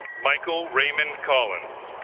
michael raymond collins